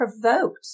provoked